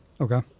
Okay